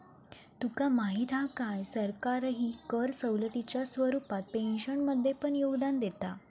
तुका माहीत हा काय, सरकारही कर सवलतीच्या स्वरूपात पेन्शनमध्ये पण योगदान देता